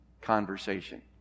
conversation